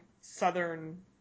Southern